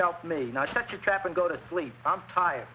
helped me not such a trap and go to sleep i'm tired